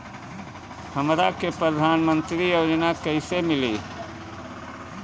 हमरा के प्रधानमंत्री योजना कईसे मिली?